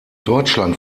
deutschland